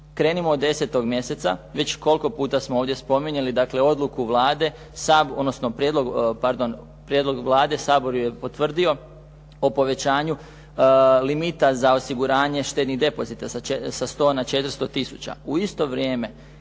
Krenimo od 10 mjeseca. Već koliko puta smo ovdje spominjali, dakle odluku Vlade odnosno prijedlog, pardon prijedlog Vlade, Sabor ju je potvrdio o povećanju limita za osiguranje štednih depozita sa 100 na 400000.